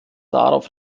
darauf